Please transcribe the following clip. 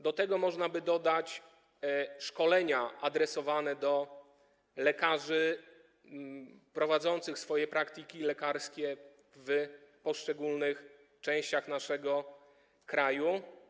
Do tego można by dodać szkolenia adresowane do lekarzy prowadzących swoje praktyki lekarskie w poszczególnych częściach naszego kraju.